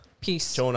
Peace